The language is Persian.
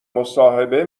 مصاحبه